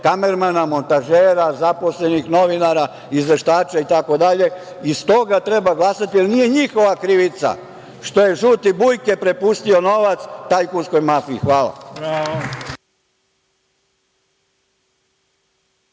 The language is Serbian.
kamermana, montažera, zaposlenih novinara, izveštača itd. S toga treba glasati, jer nije njihova krivica što je „Žuti Bujke“ prepustio novac tajkunskoj mafiji. Hvala.